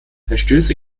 verstöße